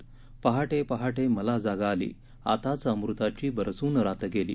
पहाटे पहाटे मला जाग आली आताच अमृताची बरसून रात गेली